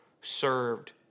served